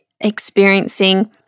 experiencing